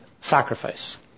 sacrifice